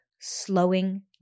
slowing